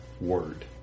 word